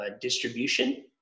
distribution